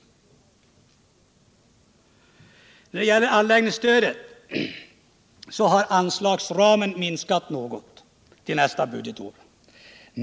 Anslagsramen för anslagsstödet har minskat något till nästa budgetår.